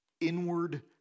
inward